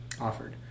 offered